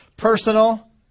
Personal